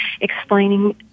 explaining